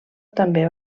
també